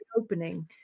opening